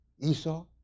Esau